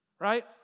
right